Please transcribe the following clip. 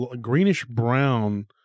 greenish-brown